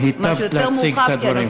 היטבת להציג את הדברים.